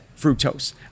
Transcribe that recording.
fructose